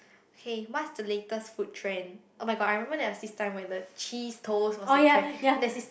hey what's the latest food trend oh-my-god I remember there was this time where the cheese toast was the trend and there's this